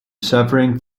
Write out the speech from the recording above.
suffering